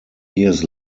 years